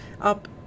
up